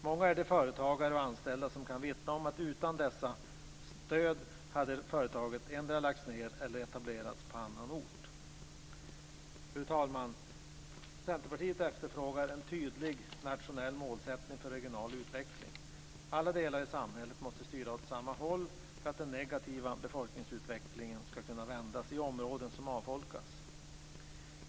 Många är de företagare och anställda som kan vittna om företag som utan dessa regionalpolitiska stöd endera lagts ned eller etablerats på annan ort. Fru talman! Centerpartiet efterfrågar en tydlig nationell målsättning för regional utveckling. Alla delar i samhället måste styra åt samma håll för att den negativa befolkningsutvecklingen skall kunna vändas i områden som avfolkas.